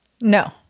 No